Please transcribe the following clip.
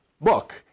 book